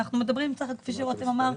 כפי שרותם אמר,